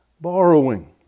borrowing